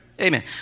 Amen